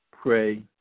pray